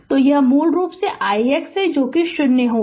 तो यह है मूल रूप से ix जो 0 होगा